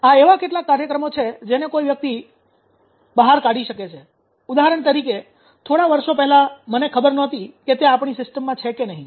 આ એવા કેટલાક કાર્યક્રમો છે જેને કોઈ વ્યક્તિ બહાર કાઢી શકે છે ઉદાહરણ તરીકે થોડા વર્ષો પહેલા મને ખબર નહોતી કે તે આપણી સિસ્ટમમાં છે કે નહીં